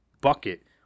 bucket